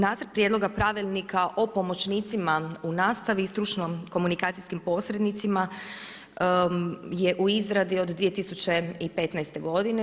Nacrt prijedloga Pravilnika o pomoćnicima u nastavi i stručno-komunikacijskim posrednicima je u izradi od 2015. godine.